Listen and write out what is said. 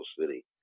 city